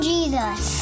Jesus